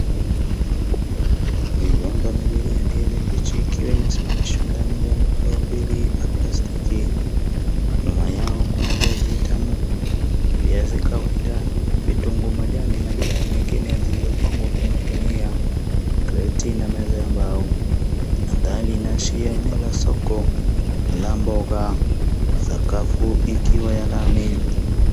Migomba miwili ya ndizi mbichi ikiwa imesimamishwa ndani ya ndoo mbili za plastiki. Nyuma yao kuna viazi vitamu, viazi kawaida, vitunguu majani na bidhaa nyingine zilizopangwa kwenye gunia, kreti na meza ya mbao. Mandhari inaashiria eneo la soko la mboga, sakafu ikiwa ya lami.